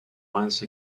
once